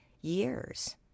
years